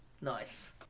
Nice